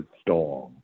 Storm